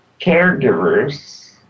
caregivers